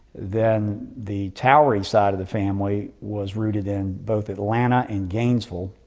then the towery side of the family was rooted in both atlanta and gainesville,